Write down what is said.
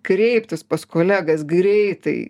kreiptis pas kolegas greitai